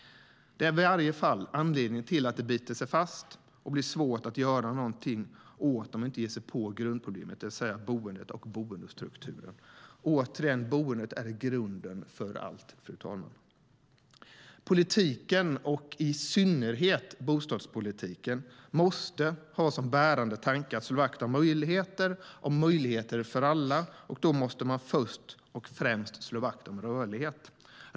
Det är i varje fall anledningen till att det biter sig fast och blir svårt att göra någonting åt detta om man inte ger sig på grundproblemet, det vill säga boendet och boendestrukturen. Återigen: Boendet är grunden till allt, fru talman. Politiken och i synnerhet bostadspolitiken måste ha som bärande tanke att slå vakt om möjligheter för alla, och då måste man först och främst slå vakt om rörlighet.